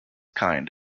kind